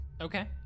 okay